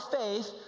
faith